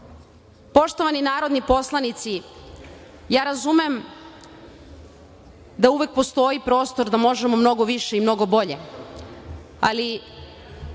obnovi. Poštovani narodni poslanici, razumem da uvek postoji prostor da možemo mnogo više i mnogo bolje, ali